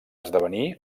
esdevenir